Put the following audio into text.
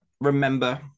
remember